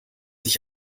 ich